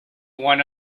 one